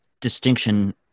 distinction